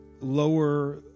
lower